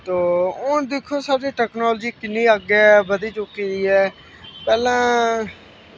तो हून दिक्खो साढ़ी टैकनॉलजी किन्नी अग्गैं बदी चुकी दी ऐ पैह्लैं